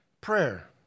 prayer